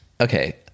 Okay